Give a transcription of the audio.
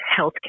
healthcare